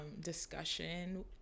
discussion